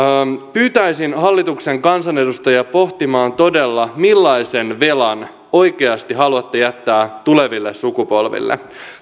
pyytäisin hallituksen kansanedustajia pohtimaan todella millaisen velan oikeasti haluatte jättää tuleville sukupolville